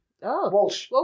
Walsh